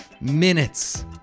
Minutes